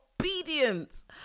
obedience